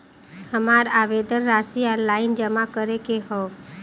हमार आवेदन राशि ऑनलाइन जमा करे के हौ?